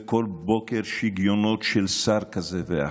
ובכל בוקר שיגיונות של שר כזה ואחר.